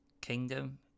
Kingdom